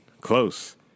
close